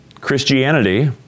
Christianity